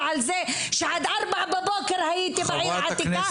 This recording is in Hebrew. על כך שעה 4:00 בבוקר הייתי בעיר העתיקה.